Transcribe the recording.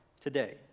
today